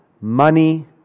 Money